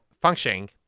functioning